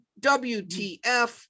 WTF